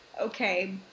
okay